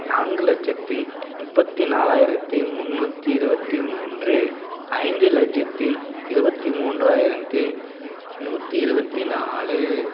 நான்கு லட்சத்தி முப்பத்தி நாலாயிரத்தி முன்னூற்றி இருபத்தி மூன்று ஐந்து லட்சத்தி இருபத்தி மூன்றாயிரத்தி நூற்றி இருபத்தி நாலு